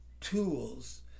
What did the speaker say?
tools